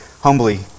humbly